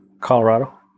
Colorado